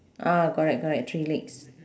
ah correct correct three legs